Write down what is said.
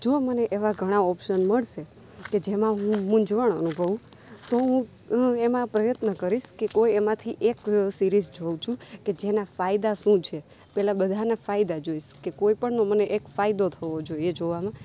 જો મને એવા ઘણા ઓપ્શન મળશે કે જેમાં હું મુંઝવણ અનુભવું તો હું એમાં પ્રયત્ન કરીશ કે કોઈ એમાંથી એક સિરીજ જોઉં છું કે જેના ફાયદા શું છે પહેલાં બધાના ફાયદા જોઈશ કે કોઈ પણનો મને એક ફાયદો થવો જોઈએ જોવામાં